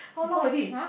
because !huh!